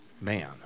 man